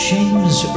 James